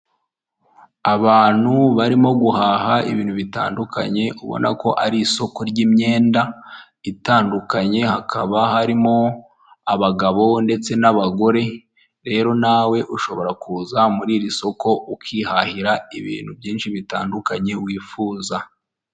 Abantu barimo guhaha ibintu bitandukanye ubona ko ari isoko ry'imyenda itandukanye hakaba harimo abagabo ndetse n'abagore, rero nawe ushobora kuza muri iri soko ukihahira ibintu byinshi bitandukanye wifuza.